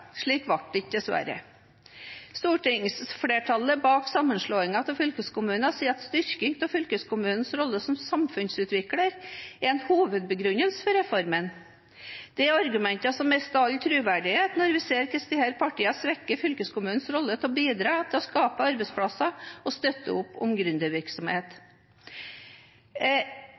Slik ble det dessverre ikke. Stortingsflertallet bak sammenslåingen av fylkeskommuner sier at styrking av fylkeskommunens rolle som samfunnsutvikler er en hovedbegrunnelse for reformen. Det er argumenter som mister all troverdighet når vi ser hvordan disse partiene svekker fylkeskommunens rolle for å bidra til å skape arbeidsplasser og støtte opp om